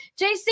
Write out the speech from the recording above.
JC